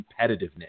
competitiveness